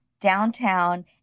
downtown